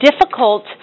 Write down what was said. difficult